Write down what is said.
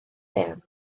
eang